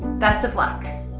best of luck!